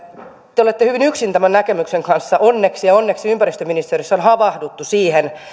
te te olette hyvin yksin tämän näkemyksen kanssa onneksi ja onneksi ympäristöministeriössä on havahduttu siihen